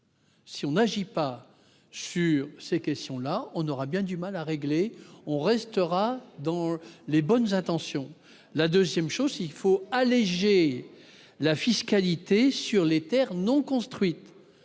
Si l'on n'agit pas sur ces questions, on aura du mal à les régler, on en restera aux bonnes intentions. Deuxième chose, il faut alléger la fiscalité sur les terres non construites-